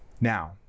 Now